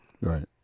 right